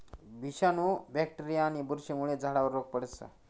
विषाणू, बॅक्टेरीया आणि बुरशीमुळे झाडावर रोग पडस